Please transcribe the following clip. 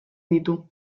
ditu